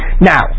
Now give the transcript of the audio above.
Now